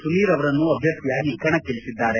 ಸುನೀರ್ ಅವರನ್ನು ಅಭ್ಯರ್ಥಿಯಾಗಿ ಕಣಕ್ಕಿಳಿಸಿದ್ದಾರೆ